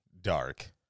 dark